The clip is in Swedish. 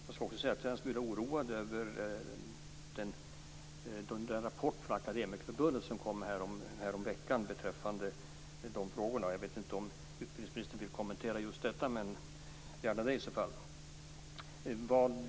Jag skall också säga att jag är en smula oroad över den rapport från Akademikerförbundet som kom häromveckan beträffande de frågorna. Jag vet inte om utbildningsministern vill kommentera just detta, men gärna det i så fall.